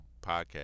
podcast